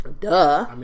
duh